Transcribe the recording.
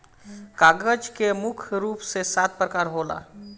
कागज कअ मुख्य रूप से सात प्रकार होला